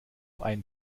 einen